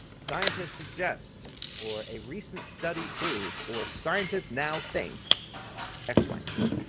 scientists suggest or a recent study proved, or scientists now think x, y, and z.